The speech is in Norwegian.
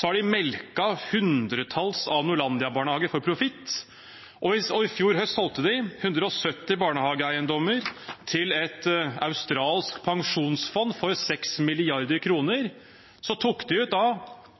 har de melket hundretalls av Norlandia Barnehager for profitt, og i fjor høst solgte de 170 barnehageeiendommer til et australsk pensjonsfond for 6 mrd. kr. Så tok de ut